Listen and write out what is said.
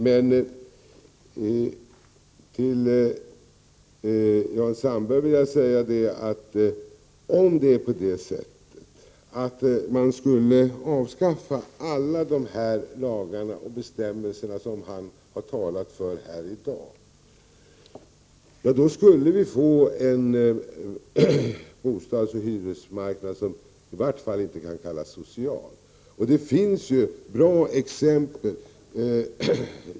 Till Jan Sandberg vill jag säga att om man skulle avskaffa alla de lagar och bestämmelser som han har talat om här i dag, skulle vi få en bostadsoch hyresmarknad som i varje fall inte kan kallas social. Det finns bra exempel på det.